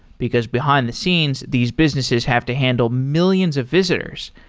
because behind-the-scenes, these businesses have to handle millions of visitors.